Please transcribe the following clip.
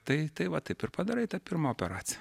tai tai va taip ir padarai tą pirmą operaciją